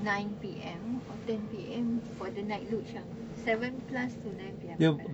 nine P_M or ten P_M for the night luge ah seven plus to nine P_M